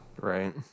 right